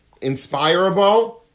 inspirable